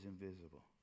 invisible